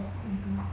oh my god